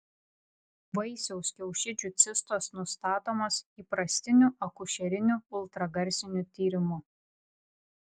vaisiaus kiaušidžių cistos nustatomos įprastiniu akušeriniu ultragarsiniu tyrimu